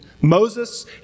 Moses